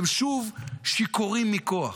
אתם שוב שיכורים מכוח.